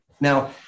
Now